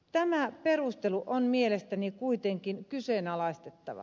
tämä perustelu on mielestäni kuitenkin kyseenalainen